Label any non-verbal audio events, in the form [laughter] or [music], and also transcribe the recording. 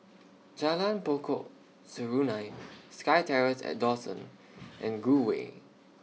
Jalan Pokok Serunai [noise] SkyTerrace At Dawson [noise] and Gul Way